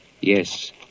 Yes